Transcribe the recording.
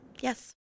yes